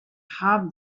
have